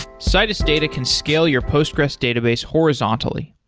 citus data can scale your postgres database horizontally.